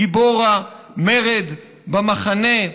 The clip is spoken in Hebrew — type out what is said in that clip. גיבור המרד במחנה,